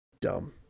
Dumb